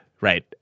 right